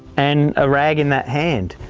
and a rag in that hand.